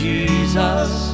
Jesus